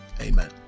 amen